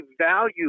value